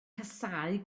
casáu